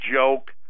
joke